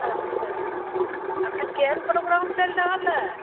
अच्छा अखन केहन प्रोग्राम चलि रहल अइ